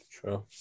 True